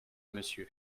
monsieur